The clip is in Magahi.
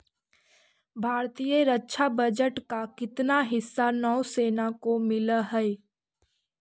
भारतीय रक्षा बजट का कितना हिस्सा नौसेना को मिलअ हई